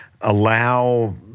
allow